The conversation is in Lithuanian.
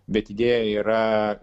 bet idėja yra